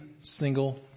single